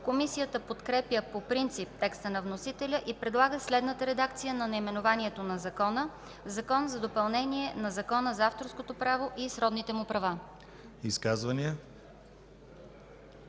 Комисията подкрепя по принцип текста на вносителя и предлага следната редакция на наименованието на Закона: „Закон за допълнение на Закона за авторското право и сродните му права”.”